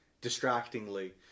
distractingly